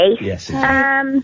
Yes